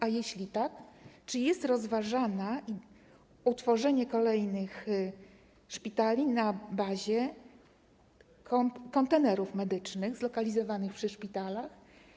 A jeśli tak, czy jest rozważane utworzenie kolejnych szpitali w postaci kontenerów medycznych zlokalizowanych przy szpitalach?